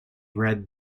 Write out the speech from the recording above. red